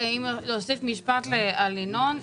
ינון,